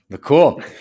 Cool